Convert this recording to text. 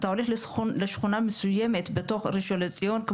אתה הולך לשכונה מסוימת בתוך ראשון לציון,